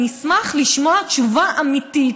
אני אשמח לשמוע תשובה אמיתית,